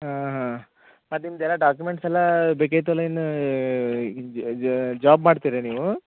ಹಾಂ ಹಾಂ ಮತ್ತು ನಿಮ್ದು ಏನು ಡಾಕ್ಯುಮೆಂಟ್ಸ್ ಎಲ್ಲಾ ಬೇಕಾಗಿತ್ತು ಎಲ್ಲ ಇನ್ನ ಜಾಬ್ ಮಾಡ್ತಿರೆ ನೀವು